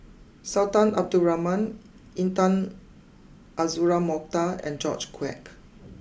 Sultan Abdul Rahman Intan Azura Mokhtar and George Quek